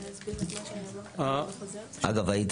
אגב,